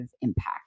impact